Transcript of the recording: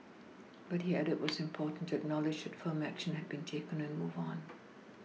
but he added it was important to acknowledge that firm action had been taken and move on